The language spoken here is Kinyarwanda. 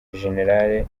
gen